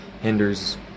hinders